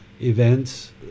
events